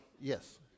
Yes